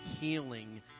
healing